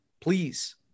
Please